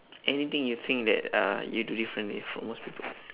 anything you think that uh you do differently from most people